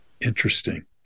Interesting